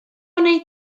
wnei